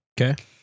Okay